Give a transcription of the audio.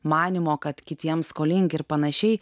manymo kad kitiems skolingi ir pan